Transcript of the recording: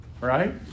right